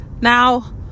Now